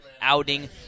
outing